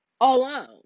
alone